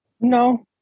No